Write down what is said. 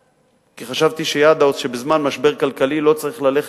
כי חשבתי שבזמן משבר כלכלי לא צריך ללכת